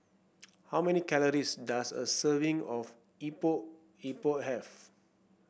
how many calories does a serving of Epok Epok have